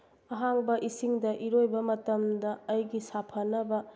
ꯑꯍꯥꯡꯕ ꯏꯁꯤꯡꯗ ꯏꯔꯣꯏꯕ ꯃꯇꯝꯗ ꯑꯩꯒꯤ ꯁꯥꯐꯅꯕ